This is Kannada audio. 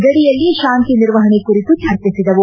ಗಡಿಯಲ್ಲಿ ಶಾಂತಿ ನಿರ್ವಹಣೆ ಕುರಿತು ಚರ್ಚಿಸಿದವು